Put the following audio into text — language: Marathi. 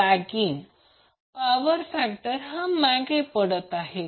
9689lagging पॉवर फॅक्टर हा मागे पडत आहे